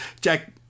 Jack